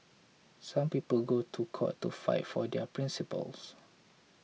some people go to court to fight for their principles